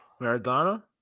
Maradona